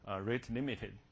rate-limited